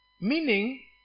Meaning